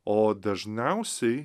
o dažniausiai